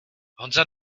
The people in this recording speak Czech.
honza